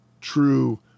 true